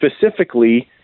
specifically